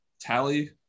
tally